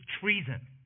treason